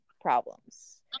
problems